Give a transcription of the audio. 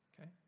okay